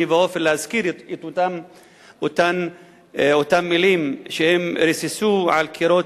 ואופן להזכיר את אותן מלים שהם ריססו על קירות